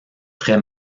très